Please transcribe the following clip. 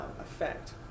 effect